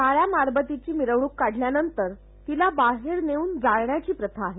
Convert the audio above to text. काळ्या मारबतीची मिरवणूक काढल्यानंतर तिला बाहेर नेऊन जाळण्याची प्रथा आहे